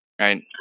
right